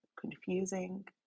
confusing